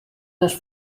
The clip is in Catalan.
les